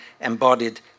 embodied